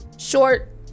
short